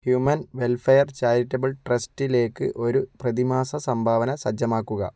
human welfare charitable ട്രസ്റ്റിലേക്ക് ഒരു പ്രതിമാസ സംഭാവന സജ്ജമാക്കുക